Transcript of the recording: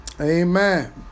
Amen